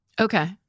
Okay